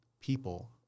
people